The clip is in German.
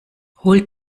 holt